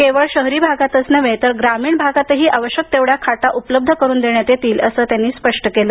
केवळ शहरी भागातच नव्हे तर ग्रामीण भागातही आवश्यक तेवढ्या खाटा उपलब्ध करून देण्यात येतील असं त्यांनी स्पष्ट केलं